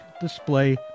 display